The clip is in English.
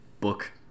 book